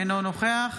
אינו נוכח